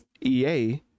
EA